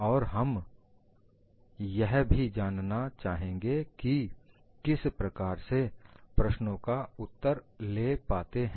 और हम यह भी जानना चाहेंगे कि किस प्रकार के प्रश्नों का उत्तर ले पाते हैं